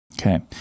Okay